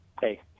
hey